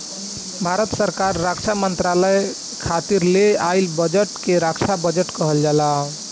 भारत सरकार रक्षा मंत्रालय खातिर ले आइल गईल बजट के रक्षा बजट कहल जाला